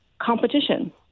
competition